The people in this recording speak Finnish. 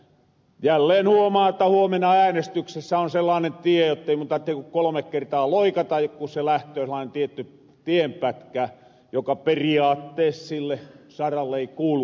jälleen huomaa että huomenna äänestyksessä on sellaanen tie jottei mun tartte ku kolme kertaa loikata ku se lähtöö sellainen tietty tienpätkä joka periaattees sille saralle ei kuulukkaan